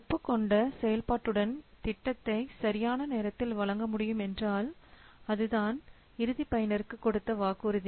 ஒப்புக்கொண்ட செயல்பாட்டுடன் திட்டத்தை சரியான நேரத்தில் வழங்க முடியும் என்றால் அதுதான் இறுதி பயனருக்கு கொடுத்த வாக்குறுதி